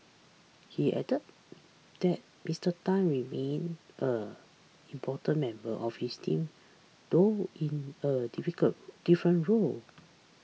he added that Mister Tan remains an important member of his team though in a difficult different role